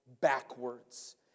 backwards